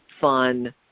fun